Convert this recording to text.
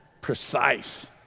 precise